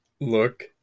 look